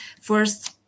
First